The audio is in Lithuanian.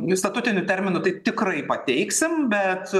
statutiniu terminu tai tikrai pateiksim bet